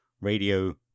radio